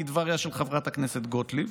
כדבריה של חברת הכנסת גוטליב,